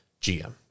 GM